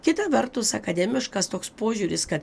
kita vertus akademiškas toks požiūris kad